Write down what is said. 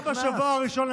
אז כבר בשבוע הראשון,